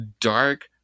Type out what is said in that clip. dark